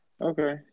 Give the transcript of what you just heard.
Okay